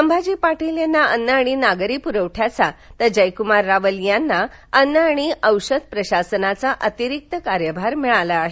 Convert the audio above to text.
संभाजी पाटील यांना अन्न आणि नागरी पुरवठ्याचा तर जयक्मार रावल यांना अन्न आणि औषध प्रशासनाचा अतिरिक्त कार्यभार मिळाला आहे